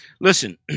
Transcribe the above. Listen